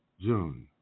June